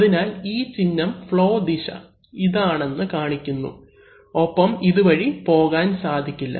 അതിനാൽ ഈ ചിഹ്നം ഫ്ളോ ദിശ ഇതാണെന്ന് കാണിക്കുന്നു ഒപ്പം ഇതുവഴി പോകാൻ സാധിക്കില്ല